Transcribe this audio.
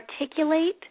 articulate